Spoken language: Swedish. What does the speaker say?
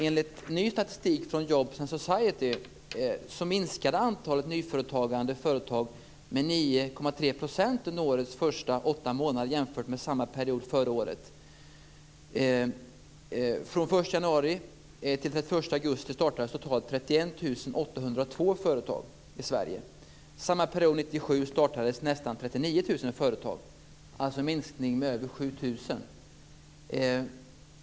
Enligt ny statistik från Jobs and Society minskade antalet nya företag med 9,3 % under årets första åtta månader jämfört med samma period under förra året. Från den företag i Sverige. Samma period år 1997 startades nästan 39 000 företag. Det är en minskning med över 7 000.